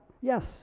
Yes